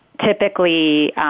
Typically